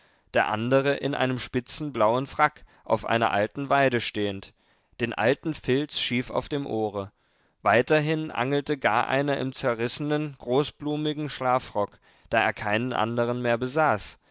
der andere in einem spitzen blauen frack auf einer alten weide stehend den alten filz schief auf dem ohre weiterhin angelte gar einer im zerrissenen großblumigen schlafrock da er keinen andern mehr besaß